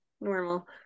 normal